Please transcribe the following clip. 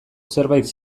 zerbait